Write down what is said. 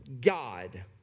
God